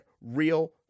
real